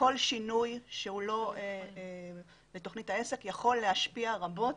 כל שינוי שהוא לא בתוכנית העסק יכול להשפיע רבות.